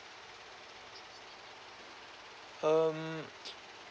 um